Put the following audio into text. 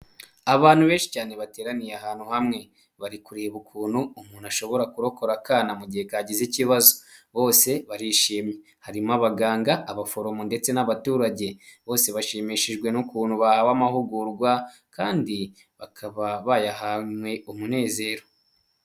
Abantu benshi cyane bateraniye ahantu hamwe, bari kureba ukuntu umuntu ashobora kurokora akana mu gihe kagize ikibazo. Bose barishimye, harimo abaganga abaforomo ndetse n'abaturage, bose bashimishijwe n'ukuntu bahawe amahugurwa, kandi bakaba bayahanywe umunezero.